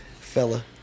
fella